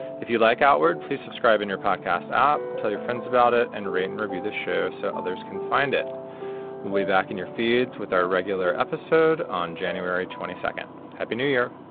if you'd like outward, please subscribe in your podcast app. tell your friends about it and read and review this show so others can find it way back in your fields with our regular episode on january twenty second. happy new year